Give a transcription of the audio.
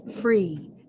free